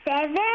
Seven